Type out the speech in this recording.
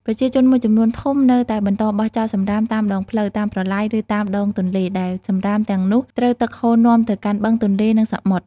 ប្រជាជនមួយចំនួនធំនៅតែបន្តបោះចោលសំរាមតាមដងផ្លូវ តាមប្រឡាយ ឬតាមដងទន្លេ ដែលសំរាមទាំងនោះត្រូវទឹកហូរនាំទៅកាន់បឹង ទន្លេ និងសមុទ្រ។